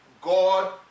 God